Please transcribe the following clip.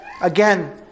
Again